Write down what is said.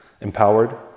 empowered